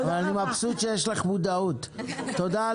תודה על